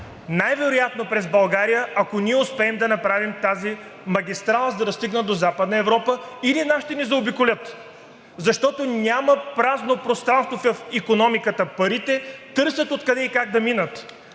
най-вероятно през България, ако ние успеем да направим тази магистрала, за да стигнат до Западна Европа, или нас ще ни заобиколят?! Защото няма празно пространство в икономиката – парите търсят откъде и как да минат,